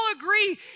agree